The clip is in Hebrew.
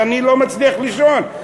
אני לא מצליח לישון,